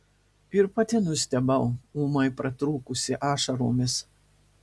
ir pati nustebau ūmai pratrūkusi ašaromis